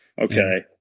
Okay